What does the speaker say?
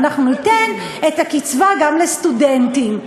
אנחנו ניתן את הקצבה גם לסטודנטים.